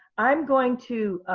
i'm going to